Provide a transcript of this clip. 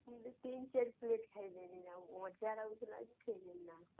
ଦୁଇ ତିନ୍ ଚାରି ପ୍ଲେଟ୍ ଖାଇଦେବି ଆଉଁ ମଜା ଲାଗୁ ଥିଲା ଯେ ସେ ଦିନ